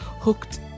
hooked